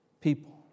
people